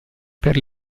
per